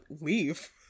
leave